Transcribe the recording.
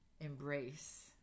embrace